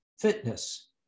fitness